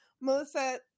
Melissa